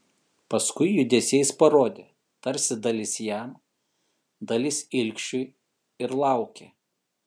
paskui judesiais parodė tarsi dalis jam dalis ilgšiui ir laukė